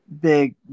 big